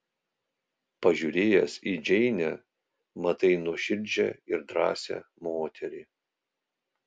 pažiūrėjęs į džeinę matai nuoširdžią ir drąsią moterį